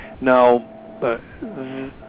Now